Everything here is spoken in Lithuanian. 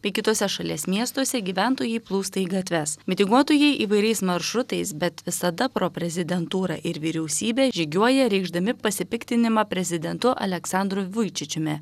bei kituose šalies miestuose gyventojai plūsta į gatves mitinguotojai įvairiais maršrutais bet visada pro prezidentūrą ir vyriausybę žygiuoja reikšdami pasipiktinimą prezidentu aleksandru vuičičiumi